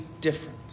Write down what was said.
different